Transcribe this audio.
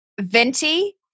Venti